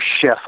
chef